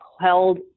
held